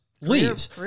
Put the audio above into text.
leaves